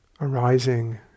arising